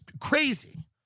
crazy